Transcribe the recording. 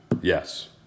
Yes